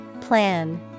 Plan